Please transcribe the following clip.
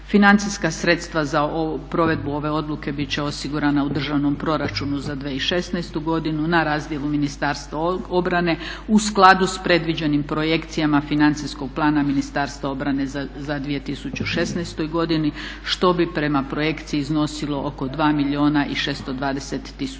Financijska sredstva za provedbu ove odluke biti će osigurana u državnom proračunu za 2016. godinu na razdjelu Ministarstva obrane u skladu sa predviđenim projekcijama financijskog plana Ministarstva obrane u 2016. godini što bi prema projekciji iznosilo oko 2 milijuna i 620 tisuća